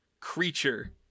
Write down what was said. creature